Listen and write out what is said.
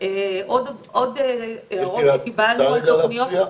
(2)לא תיעשה פעולה,